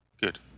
Good